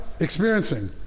experiencing